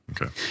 Okay